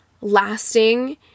lasting